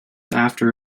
after